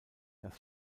das